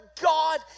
God